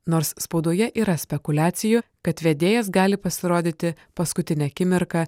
nors spaudoje yra spekuliacijų kad vedėjas gali pasirodyti paskutinę akimirką